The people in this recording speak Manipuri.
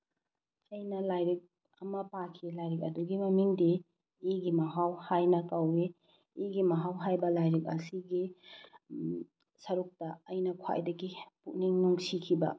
ꯑꯩꯅ ꯂꯥꯏꯔꯤꯛ ꯑꯃ ꯄꯥꯈꯤ ꯂꯥꯏꯔꯤꯛ ꯑꯗꯨꯒꯤ ꯃꯃꯤꯡꯗꯤ ꯏꯒꯤ ꯃꯍꯥꯎ ꯍꯥꯏꯅ ꯀꯧꯏ ꯏꯒꯤ ꯃꯍꯥꯎ ꯍꯥꯏꯕ ꯂꯥꯏꯔꯤꯛ ꯑꯁꯤꯒꯤ ꯁꯔꯨꯛꯇ ꯑꯩꯅ ꯈ꯭ꯋꯥꯏꯗꯒꯤ ꯄꯨꯛꯅꯤꯡ ꯅꯨꯡꯁꯤꯈꯤꯕ